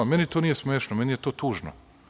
Meni to nije smešno, meni je to tužno.